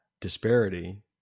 disparity